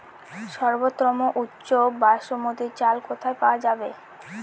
সর্বোওম উচ্চ বাসমতী চাল কোথায় পওয়া যাবে?